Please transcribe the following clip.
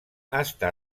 està